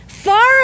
Far